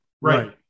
Right